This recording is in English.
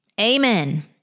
amen